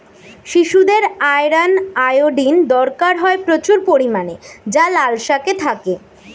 শিশুদের iron, iodine দরকার হয় প্রচুর পরিমাণে যা লাল শাকে থাকে